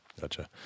Gotcha